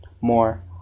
More